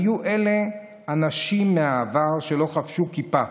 היו אלה אנשים מהעבר שלא חבשו כיפה,